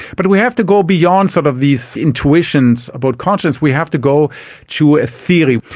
but we have to go beyond sort of these intuitions about consciousness, we have to go to a theory,